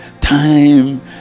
Time